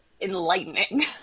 enlightening